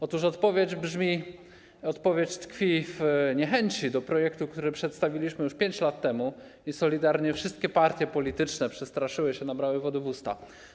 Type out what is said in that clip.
Otóż odpowiedź tkwi w niechęci do projektu, który przedstawiliśmy już 5 lat temu, i solidarnie wszystkie partie polityczne przestraszyły się, nabrały wody w usta.